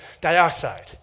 dioxide